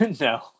No